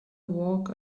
walk